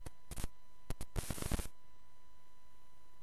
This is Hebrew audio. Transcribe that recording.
בן-אדם שהולך לקנות את הדירה.